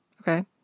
Okay